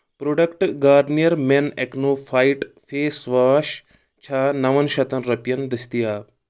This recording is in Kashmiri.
product Garnier men acnofight face wash چھا نَون شیٚتن رۄپیَن دٔستِیاب